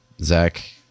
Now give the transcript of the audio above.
Zach